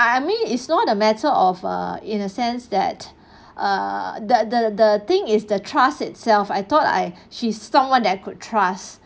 I mean it's not a matter of err in a sense that err the the the thing is the trust itself I thought I she's someone that I could trust